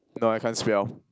no I can't spell